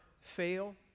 fail